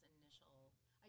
initial